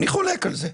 אני חולק על זה,